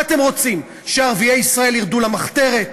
מה אתם רוצים, שערביי ישראל ירדו למחתרת?